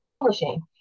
publishing